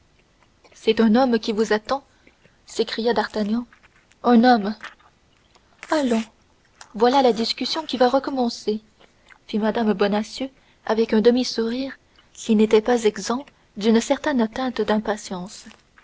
c'est un homme qui vous attend s'écria d'artagnan un homme allons voilà la discussion qui va recommencer fit mme bonacieux avec un demi-sourire qui n'était pas exempt d'une certaine teinte d'impatience